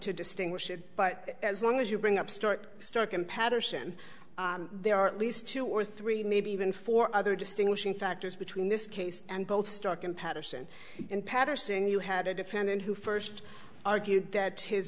to distinguish it but as long as you bring up start starcom patterson there are at least two or three maybe even four other distinguishing factors between this case and both stark and patterson and patterson you had a defendant who first argued that his